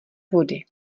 vody